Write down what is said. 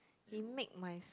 he make my